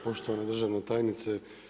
Poštovana državna tajnice.